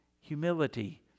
Humility